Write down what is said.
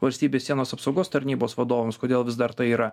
valstybės sienos apsaugos tarnybos vadovams kodėl vis dar tai yra